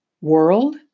world